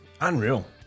unreal